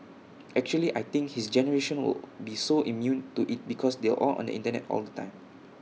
actually I think his generation will be so immune to IT because they're all on the Internet all the time